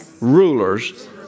Rulers